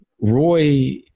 Roy